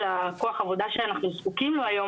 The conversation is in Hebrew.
של כוח העבודה שאנחנו זקוקים לו היום,